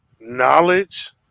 knowledge